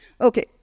Okay